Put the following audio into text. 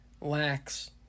lacks